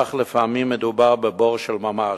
אך לפעמים מדובר בבור של ממש.